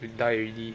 you die already